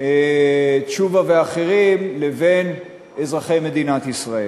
תשובה ואחרים ובין אזרחי מדינת ישראל.